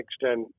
extent